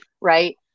right